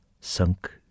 sunk